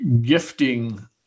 gifting